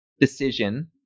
decision